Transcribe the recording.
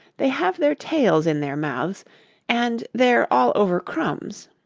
they have their tails in their mouths and they're all over crumbs